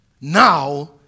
now